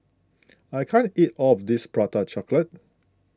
I can't eat all of this Prata Chocolate